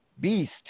Beast